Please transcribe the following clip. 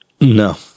no